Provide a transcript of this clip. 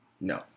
no